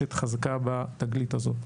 מבקשת חזקה בתגלית הזאת.